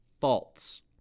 false